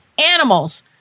animals